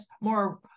more